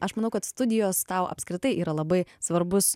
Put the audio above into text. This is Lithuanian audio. aš manau kad studijos tau apskritai yra labai svarbus